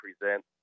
present